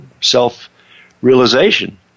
self-realization